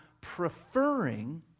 preferring